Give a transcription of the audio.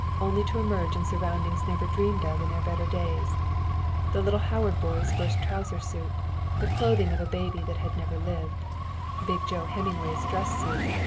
only to emerge in surroundings never dreamed of in their better days the little howard boy's first trouser suit the clothing of a baby that had never lived big joe hemmingway's dress suit,